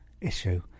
issue